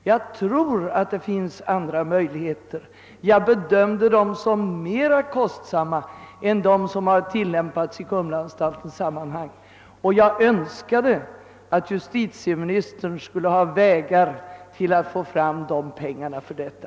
Jag tror att det finns andra möjligheter. Jag bedömde det som mera kostsamt att utnyttja dessa möjligheter än att göra som man gjort vid Kumlaanstalten, och jag önskade att justitieministern skulle finna vägar att få fram pengarna till detta.